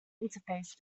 interface